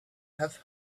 have